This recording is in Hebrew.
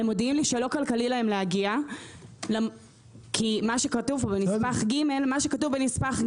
מודיעים לי שלא כלכלי להם להגיע כי מה שכתוב פה בנספח ג' אומר